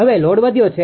હવે લોડ વધ્યો છે